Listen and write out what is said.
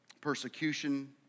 persecution